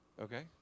Okay